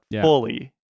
fully